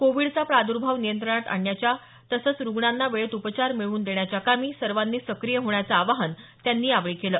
कोविडचा प्रादर्भाव नियंत्रणात आणण्याच्या तसंच रुग्णांना वेळेत उपचार मिळवून देण्याच्या कामी सर्वानी सक्रिय होण्याचं आवाहन त्यांनी यावेळी केलं